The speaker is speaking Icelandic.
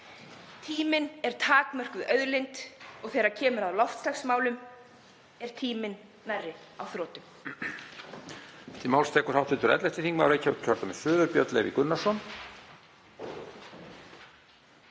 Tíminn er takmörkuð auðlind og þegar kemur að loftslagsmálum er tíminn nærri á þrotum.